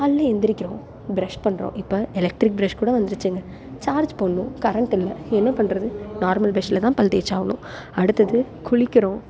காலைல எழுந்திரிக்கிறோம் ப்ரெஷ் பண்ணுறோம் இப்போ எலக்ட்ரிக் ப்ரெஷ் கூட வந்துடுச்சுங்க சார்ஜ் போடணும் கரண்ட் இல்லை என்ன பண்ணுறது நார்மல் ப்ரெஷ்ஷில் தான் பல் தேய்ச்சாகணும் அடுத்தது குளிக்கிறோம்